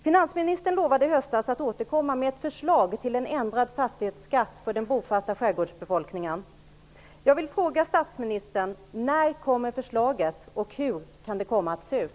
Finansministern lovade i höstas att återkomma med ett förslag till en ändrad fastighetsskatt för den bofasta skärgårdsbefolkningen. Jag vill fråga statsministern: När kommer förslaget och hur kan det komma att se ut?